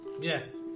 Yes